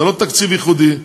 זה לא תקציב ייחודי,